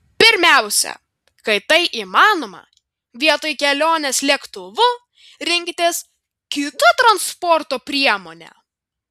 pirmiausia kai tai įmanoma vietoj kelionės lėktuvu rinkitės kitą transporto priemonę